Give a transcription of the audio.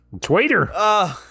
Twitter